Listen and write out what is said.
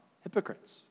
Hypocrites